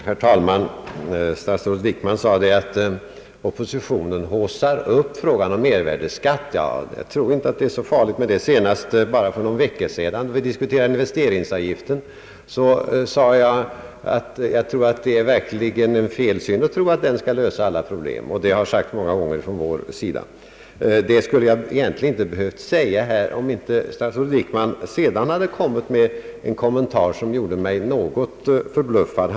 Herr talman! Herr statsrådet Wickman sade att oppositionen haussar upp frågan om mervärdeskatten. Det är nog inte så farligt med det. För bara någon vecka sedan, när vi diskuterade investeringsavgiften, sade jag att jag tror det är en felsyn att tro att den skall lösa alla problem. Detta har sagts många gånger från vår sida. Jag skulle egentligen inte ha behövt säga det här, om inte statsrådet Wickman hade givit en kommentar som gjorde mig något förbluffad.